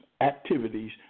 activities